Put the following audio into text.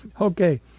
Okay